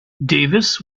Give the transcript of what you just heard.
davis